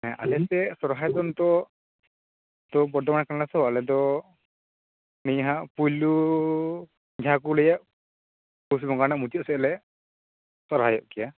ᱦᱮᱸ ᱟᱞᱮᱥᱮᱫ ᱥᱚᱦᱚᱨᱟᱭ ᱫᱚ ᱱᱤᱛᱚᱜ ᱫᱚ ᱵᱚᱨᱫᱷᱚᱢᱟᱱ ᱠᱟᱱᱟ ᱛᱚ ᱟᱞᱮ ᱫᱚ ᱱᱤᱭᱟᱹ ᱦᱟᱸᱜ ᱯᱩᱭᱞᱩ ᱡᱟᱦᱟᱸ ᱠᱚ ᱞᱟ ᱭᱮᱫ ᱯᱩᱥ ᱵᱚᱸᱜᱟ ᱨᱮᱱᱟᱜ ᱢᱩᱪᱟᱹᱫ ᱥᱮᱫᱞᱮ ᱥᱚᱦᱚᱨᱭᱚᱜ ᱜᱮᱭᱟ